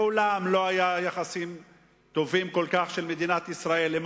מעולם לא היו יחסים טובים כל כך של מדינת ישראל עם